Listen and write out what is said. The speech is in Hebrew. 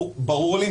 ברור לי.